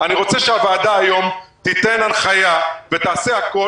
אני רוצה שהוועדה היום תיתן הנחיה ותעשה הכול,